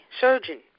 surgeon